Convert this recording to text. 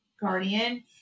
guardian